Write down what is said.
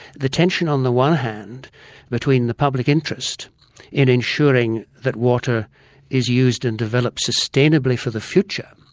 the tension on the one hand between the public interest in ensuring that water is used and developed sustainably for the future,